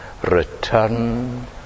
return